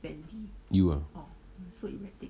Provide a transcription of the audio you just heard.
you uh